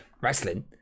Wrestling